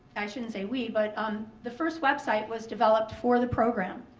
i shouldn't say we, but um the first website was developed for the program.